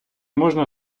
можна